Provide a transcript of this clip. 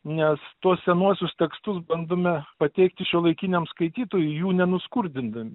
nes tuos senuosius tekstus bandome pateikti šiuolaikiniam skaitytojui jų nenuskurdidami